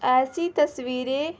ایسی تصویریں